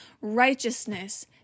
righteousness